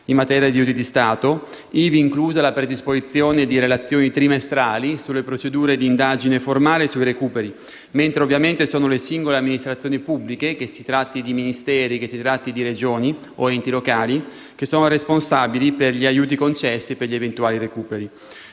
in materia di aiuti di Stato, ivi inclusa la predisposizione di relazioni trimestrali sulle procedure di indagine formali e sui recuperi, mentre sono le singole amministrazioni pubbliche - che si tratti di Ministeri, di Regioni o enti locali - ad essere responsabili per gli aiuti concessi e gli eventuali recuperi.